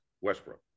Westbrook